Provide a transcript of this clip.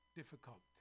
difficult